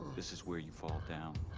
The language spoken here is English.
this is where you fall down.